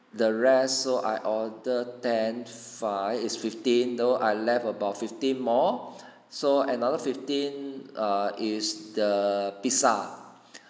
the rest so I ordered ten fries is fifteen though I left about fifteen more so another fifteen err is the pizza